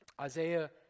Isaiah